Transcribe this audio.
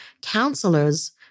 counselors